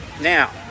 Now